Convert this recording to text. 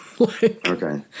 Okay